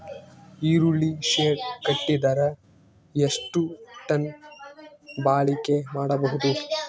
ಈರುಳ್ಳಿ ಶೆಡ್ ಕಟ್ಟಿದರ ಎಷ್ಟು ಟನ್ ಬಾಳಿಕೆ ಮಾಡಬಹುದು?